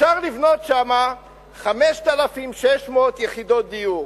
אפשר לבנות שם 5,600 יחידות דיור.